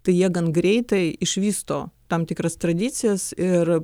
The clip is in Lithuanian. tai jie gan greitai išvysto tam tikras tradicijas ir